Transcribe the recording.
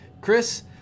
Chris